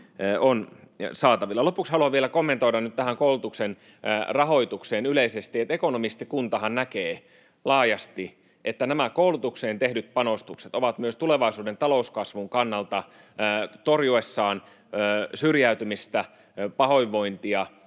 jo saatavilla. Lopuksi haluan vielä kommentoida nyt tähän koulutuksen rahoitukseen yleisesti. Ekonomistikuntahan näkee laajasti, että nämä koulutukseen tehdyt panostukset ovat merkityksellisiä myös tulevaisuuden talouskasvun kannalta [Ben Zyskowicz: Hyvä!] torjuessaan syrjäytymistä ja pahoinvointia